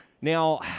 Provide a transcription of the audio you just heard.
Now